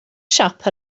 siop